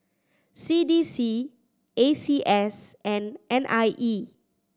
C D C A C S and N I E